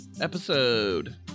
episode